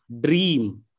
dream